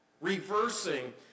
Reversing